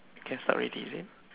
can start already is it